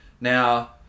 Now